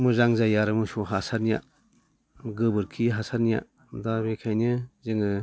मोजां जायो आरो मोसौ हासारनिया गोबोरखि हासारनिया दा बेनिखायनो जोङो